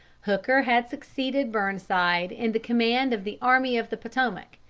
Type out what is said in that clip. hooker had succeeded burnside in the command of the army of the potomac,